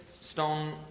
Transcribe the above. stone